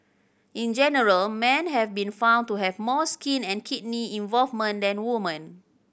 in general man have been found to have more skin and kidney involvement than woman